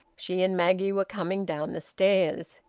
she and maggie were coming down the stairs.